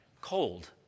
cold